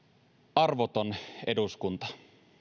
arvoton eduskunta